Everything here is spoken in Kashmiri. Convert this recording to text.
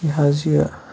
یہِ حظ یہِ